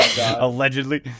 Allegedly